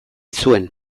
zuen